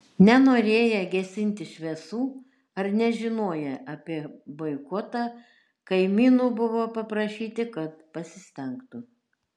nenorėję gesinti šviesų ar nežinoję apie boikotą kaimynų buvo paprašyti kad pasistengtų